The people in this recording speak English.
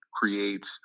creates